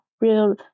real